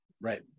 Right